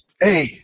hey